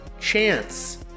Chance